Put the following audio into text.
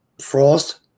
Frost